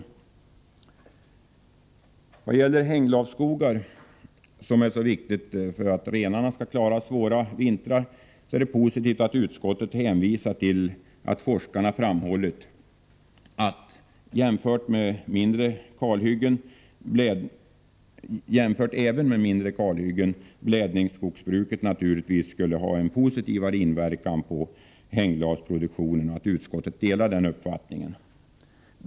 I vad gäller hänglavsskogar, som är mycket viktiga för att renarna skall klara av svåra vintrar, är det positivt att utskottet hänvisar till att forskarna framhållit att blädningsskogsbruk — jämfört även med mindre kalhyggen — naturligtvis skulle ha en mer positiv inverkan på hänglavproduktionen och att utskottet delar denna uppfattning.